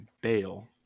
bail